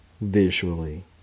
visually